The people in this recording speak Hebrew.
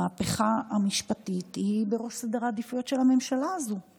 המהפכה המשפטית היא בראש סדר העדיפויות של הממשלה הזאת,